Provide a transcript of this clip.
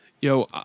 Yo